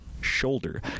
shoulder